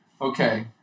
Okay